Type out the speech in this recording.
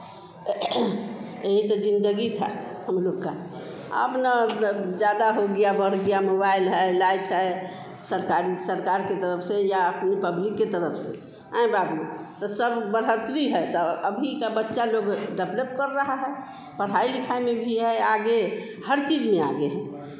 यही तो ज़िंदगी था हम लोग का अब न ज़्यादा हो गया बढ़ गया मोबाइल है लाइट है सरकारी सरकार की तरफ़ से या फिर पब्लिक की तरफ़ से आँय बाबू तो सब बढ़ोत्तरी है तो अभी का बच्चा लोग डेवलप कर रहा है पढ़ाई लिखाई में भी है आगे हर चीज़ में आगे है